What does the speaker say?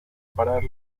parar